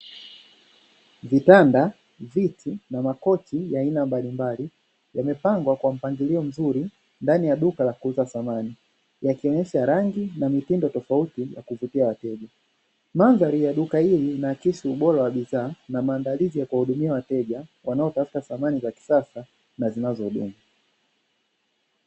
Vitanda, viti na makochi ya aina mbalimbali yamepangwa kwa mpangilio mzuri ndani ya duka la kuuza samani yakionyesha rangi na mitindo tofauti ya kuvutia wateja. Mandharani ya duka hili inaakisi ubora wa bidhaa na maandalizi ya kuwahudumia wateja wanaotafuta samani za kisasa na zinazodumu.